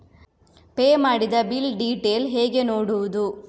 Pay ಮಾಡಿದ bill detail ಹೇಗೆ ನೋಡುವುದು?